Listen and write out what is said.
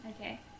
Okay